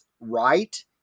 right